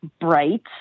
bright